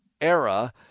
era